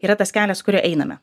yra tas kelias kuriuo einame